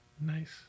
Nice